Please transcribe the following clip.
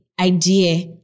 idea